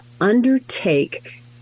undertake